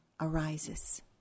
arises